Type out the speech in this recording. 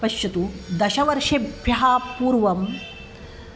पश्यतु दशवर्षेभ्यः पूर्वम्